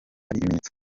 ibimenyetso